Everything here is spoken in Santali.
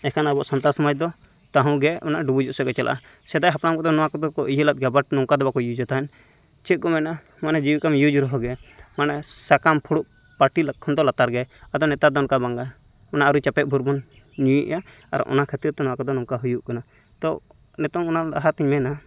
ᱮᱠᱮᱱ ᱟᱵᱚ ᱥᱟᱱᱛᱟᱲ ᱥᱚᱢᱟᱡᱽ ᱫᱚ ᱛᱟᱺᱦᱩᱜᱮ ᱚᱱᱟ ᱰᱩᱵᱩᱡᱚᱜ ᱥᱮᱫ ᱜᱮ ᱪᱟᱞᱟᱜ ᱠᱟᱱᱟ ᱥᱮᱫᱟᱭ ᱦᱟᱯᱲᱟᱢ ᱠᱚᱫᱚ ᱱᱚᱣᱟ ᱠᱚ ᱩᱭᱦᱟᱹᱨ ᱞᱮᱫ ᱜᱮᱭᱟ ᱵᱟᱴ ᱱᱚᱝᱠᱟ ᱫᱚ ᱵᱟᱠᱚ ᱤᱭᱩᱡᱮᱫ ᱛᱟᱦᱮᱱ ᱪᱮᱫ ᱠᱚ ᱢᱮᱱᱟ ᱢᱟᱱᱮ ᱡᱮᱨᱚᱠᱚᱢ ᱤᱭᱩᱡᱽ ᱨᱮᱦᱚᱸ ᱜᱮ ᱢᱟᱱᱮ ᱥᱟᱠᱟᱢ ᱯᱷᱩᱲᱩᱜ ᱯᱟᱹᱴᱤ ᱞᱮᱠᱟ ᱠᱷᱟᱱ ᱫᱚ ᱞᱟᱛᱟᱨ ᱜᱮ ᱟᱫᱚ ᱱᱮᱛᱟᱨ ᱫᱚ ᱚᱝᱠᱟ ᱵᱟᱝᱜᱮ ᱚᱱᱟ ᱟᱹᱣᱨᱤ ᱪᱟᱯᱮᱜ ᱵᱷᱳᱨ ᱵᱚᱱ ᱧᱩᱭᱮᱫᱼᱟ ᱟᱨ ᱚᱱᱟ ᱠᱷᱟᱹᱛᱤᱨ ᱛᱮ ᱱᱚᱣᱟ ᱠᱚᱫᱚ ᱱᱚᱝᱠᱟ ᱦᱩᱭᱩᱜ ᱠᱟᱱᱟ ᱛᱚ ᱱᱮᱛᱚᱝ ᱚᱱᱟ ᱞᱟᱦᱟᱛᱮᱧ ᱢᱮᱱᱟ